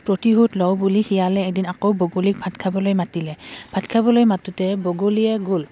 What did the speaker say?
প্ৰতিশোধ লওঁ বুলি শিয়ালে এদিন আকৌ বগলীক ভাত খাবলৈ মাতিলে ভাত খাবলৈ মাতোঁতে বগলীয়ে গ'ল